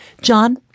John